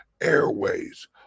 airways